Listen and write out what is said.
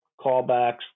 callbacks